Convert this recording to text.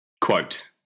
Quote